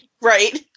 right